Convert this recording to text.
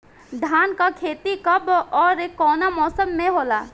धान क खेती कब ओर कवना मौसम में होला?